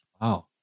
Wow